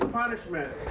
punishment